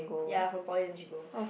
ya from poly then she go